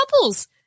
couples